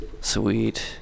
Sweet